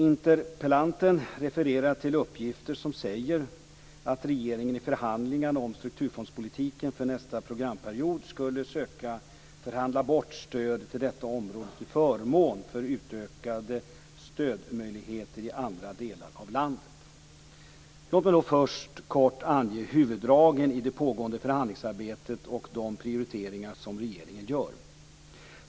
Interpellanten refererar till uppgifter som säger att regeringen i förhandlingarna om strukturfondspolitiken för nästa programperiod skulle söka förhandla bort stödet till detta område till förmån för utökade stödmöjligheter i andra delar av landet. Låt mig först kort ange huvuddragen i det pågående förhandlingsarbetet och de prioriteringar som regeringen gör.